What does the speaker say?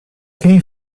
quem